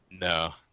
No